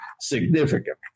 significant